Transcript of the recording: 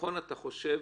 ביטחון אתה חושב